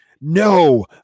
No